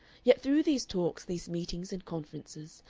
yet through these talks, these meetings and conferences,